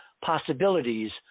possibilities